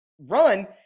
run